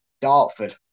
Dartford